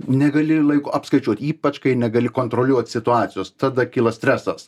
negali laiku apskaičiuot ypač kai negali kontroliuot situacijos tada kyla stresas